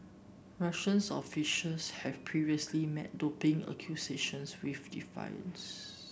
Russians officials have previously met doping accusations with defiance